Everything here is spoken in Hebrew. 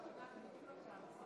שלוש דקות.